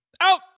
Out